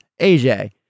AJ